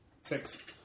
Six